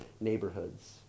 neighborhoods